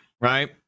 Right